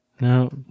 No